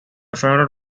found